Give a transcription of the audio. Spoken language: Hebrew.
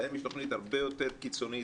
להם יש תוכנית הרבה יותר קיצונית,